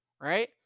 right